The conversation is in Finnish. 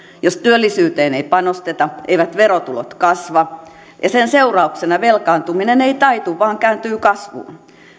jos työllisyyteen ei panosteta eivät verotulot kasva ja sen seurauksena velkaantuminen ei taitu vaan kääntyy kasvuun